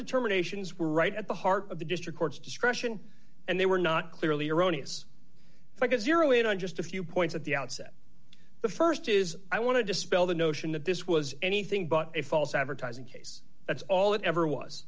of terminations were right at the heart of the district court's discretion and they were not clearly erroneous if i could zero in on just a few points at the outset the st is i want to dispel the notion that this was anything but a false advertising case that's all it ever was